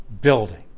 building